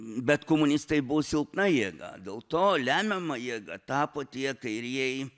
bet komunistai buvo silpna jėga dėl to lemiama jėga tapo tie kairieji